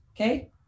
Okay